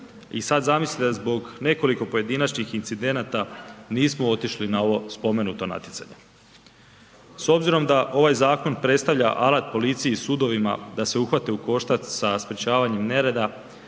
i sada zamislite zbog nekoliko pojedinačnih incidenata nismo otišli na ovo spomenuto natjecanje. S obzirom da ovaj zakon predstavlja alat policiji i sudovima da se uhvate u koštac sa sprečavanjem nereda